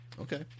Okay